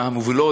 מהמובילות,